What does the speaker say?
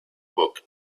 book